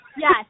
Yes